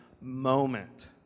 moment